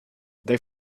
they